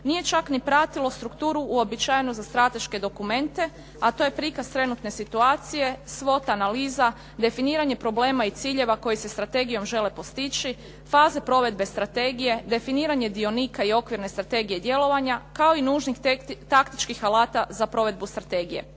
nije čak ni pratilo strukturu uobičajenu za strateške dokumente, a to je prikaz trenutne situacije, svota analiza, definiranje problema i ciljeva koji se strategijom žele postići, faze provedbe strategije, definiranje dionika i okvirne strategije djelovanja kao i nužnih taktičkih alata za provedbu strategije.